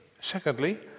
Secondly